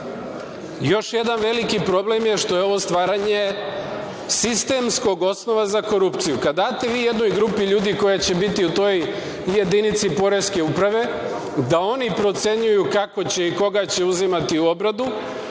jedan veliki problem je što je ovo stvaranje sistemskog osnova za korupciju. Kada date vi jednoj grupi ljudi koja će biti u toj jedinici poreske uprave da oni procenjuju kako će i koga će uzimati u obradu